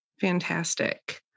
Fantastic